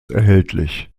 erhältlich